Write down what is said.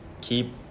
keep